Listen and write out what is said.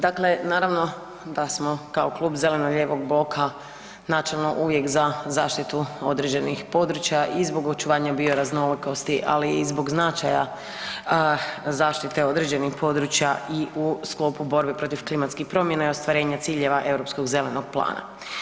Dakle, naravno da smo kao Klub zeleno-lijevog bloka načelno uvijek za zaštitu određenih područja i zbog očuvanja bioraznolikosti, ali i zbog značaja zaštite određenih područja i u sklopu borbe protiv klimatskih promjena i ostvarenja ciljeva Europskog zelenog plana.